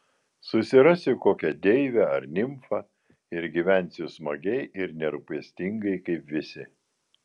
susirasiu kokią deivę ar nimfą ir gyvensiu smagiai ir nerūpestingai kaip visi